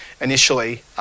initially